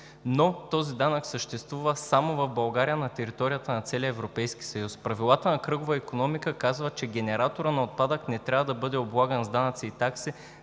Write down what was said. Но този данък съществува само в България на територията на целия Европейски съюз. Правилата на кръговата икономика казват, че генераторът на отпадък не трябва да бъде облаган с данъци и такси,